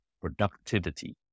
productivity